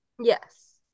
Yes